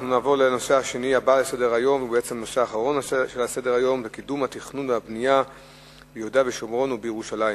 הנושא הבא: קידום התכנון והבנייה ביהודה ושומרון ובירושלים,